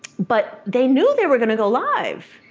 but they knew they were gonna go live,